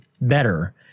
better